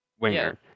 winger